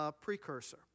precursor